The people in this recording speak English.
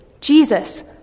Jesus